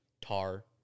tar